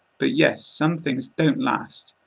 but yes, some things don't last.